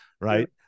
Right